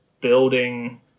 building